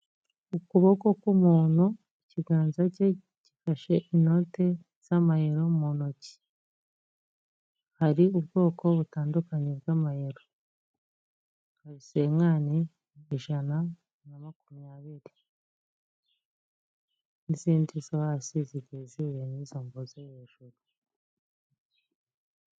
Ukuboko k'umuntu, ikiganza cye gifashe inote z'amayero mu ntoki, hari ubwoko butandukanye bw'amayero, hari sengani, ijana na makumyabiri, n'izindi zo hasi zigiye zihuye n'izo mvuze hejuru.